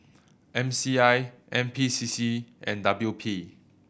M C I N P C C and W P